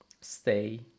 stay